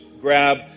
grab